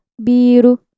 biru